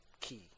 key